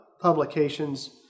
publications